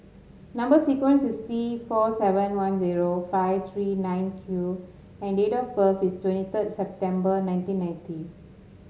number sequence is T four seven one zero five three nine Q and date of birth is twenty third September nineteen ninety